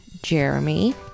Jeremy